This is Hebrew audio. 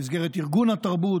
במסגרת ארגון התרבות,